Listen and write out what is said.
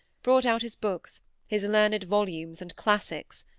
brought out his books his learned volumes and classics.